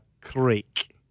Creek